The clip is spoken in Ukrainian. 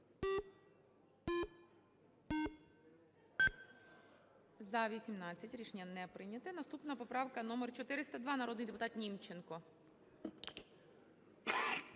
За-18 Рішення не прийняте. Наступна поправка - номер 402, народний депутат Німченко.